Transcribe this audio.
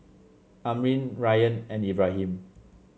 Amrin Ryan and Ibrahim